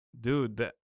dude